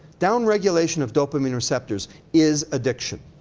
down regulation of dopamine receptors is addiction.